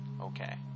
Okay